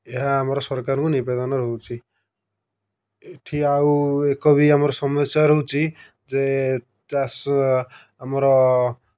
ଏହା ଆମର ସରକାରଙ୍କୁ ନିବେଦନ ରହୁଛି ଏଠି ଆଉ ଏକ ବି ଆମର ସମସ୍ୟା ରହୁଛି ଯେ ଚାଷ ଆମର